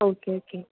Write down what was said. okay okay